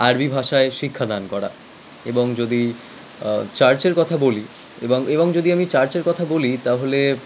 আরবি ভাষায় শিক্ষাদান করা এবং যদি চার্চের কথা বলি এবং এবং যদি আমি চার্চের কথা বলি তাহলে